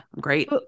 great